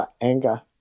anger